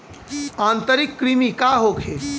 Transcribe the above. आंतरिक कृमि का होखे?